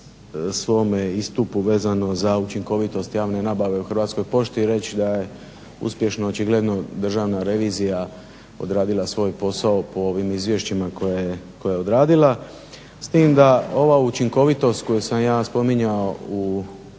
svome istupu vezano za učinkovitost javne nabave u Hrvatskoj pošti reći da je uspješno očigledno državna revizija odradila svoj posao po ovim izvješćima koja je odradila. S tim da ova učinkovitost koju sam ja spominjao u ime Kluba